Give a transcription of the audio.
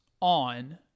on